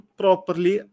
properly